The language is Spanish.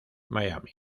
miami